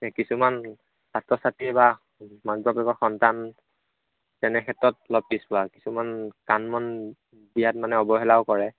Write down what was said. কিছুমান ছাত্ৰ ছাত্ৰী বা মাক বাপেকৰ সন্তান তেনে ক্ষেত্ৰত অলপ পিছ পৰা কিছুমান কাণ মন দিয়াত মানে অৱহেলাও কৰে